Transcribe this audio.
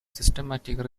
systematic